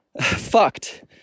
fucked